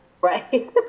Right